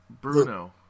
Bruno